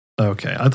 Okay